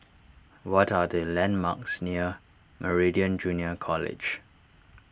what are the landmarks near Meridian Junior College